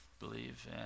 Believe